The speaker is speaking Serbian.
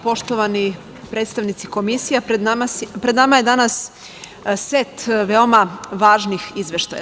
Poštovani predstavnici komisija, pred nama je danas set veoma važnih izveštaja.